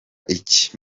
iki